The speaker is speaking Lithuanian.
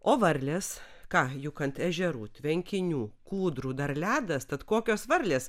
o varlės ką juk ant ežerų tvenkinių kūdrų dar ledas tad kokios varlės